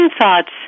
thoughts